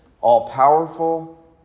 all-powerful